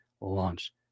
launch